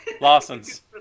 Lawson's